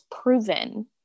proven